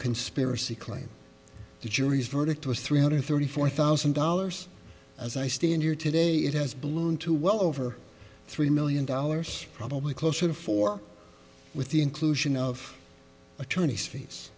conspiracy claim the jury's verdict was three hundred thirty four thousand dollars as i stand here today it has ballooned to well over three million dollars probably closer to four with the inclusion of attorney's f